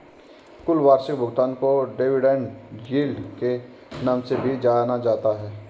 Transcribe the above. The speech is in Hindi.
कुल वार्षिक भुगतान को डिविडेन्ड यील्ड के नाम से भी जाना जाता है